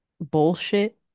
bullshit